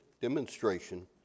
demonstration